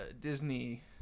Disney